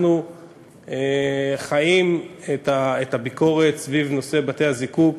אנחנו חיים את הביקורת סביב נושא בתי-הזיקוק,